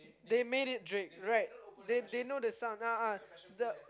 they made it Drake right they they know the sound a'ah